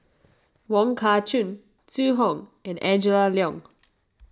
Wong Kah Chun Zhu Hong and Angela Liong